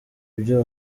ibyo